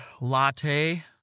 latte